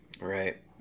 right